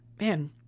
man